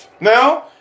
Now